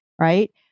Right